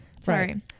Sorry